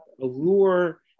allure